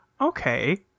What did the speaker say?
Okay